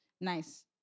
Nice